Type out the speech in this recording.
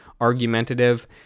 argumentative